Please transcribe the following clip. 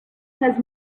has